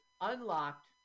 Unlocked